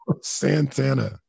Santana